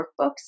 workbooks